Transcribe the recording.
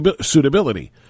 suitability